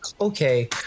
Okay